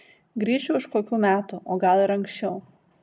grįšiu už kokių metų o gal ir anksčiau